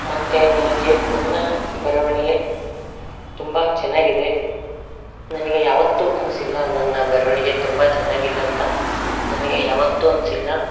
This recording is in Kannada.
ಮತ್ತು ನನಗೆ ನನ್ನ ಬರವಣಿಗೆ ತುಂಬ ಚೆನ್ನಾಗಿದೆ ನನಗೆ ಯಾವತ್ತೂ ಅನಿಸಿಲ್ಲ ನನ್ನ ಬರವಣಿಗೆ ತುಂಬ ಚೆನ್ನಾಗಿಲ್ಲ ಅಂತ ನನಗೆ ಯಾವತ್ತು ಅನಿಸಿಲ್ಲ